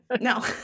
no